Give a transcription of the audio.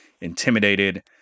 intimidated